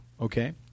okay